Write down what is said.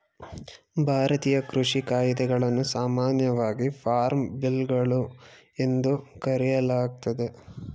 ಭಾರತೀಯ ಕೃಷಿ ಕಾಯಿದೆಗಳನ್ನು ಸಾಮಾನ್ಯವಾಗಿ ಫಾರ್ಮ್ ಬಿಲ್ಗಳು ಎಂದು ಕರೆಯಲಾಗ್ತದೆ